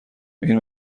این